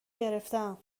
گرفتم